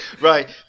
Right